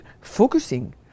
focusing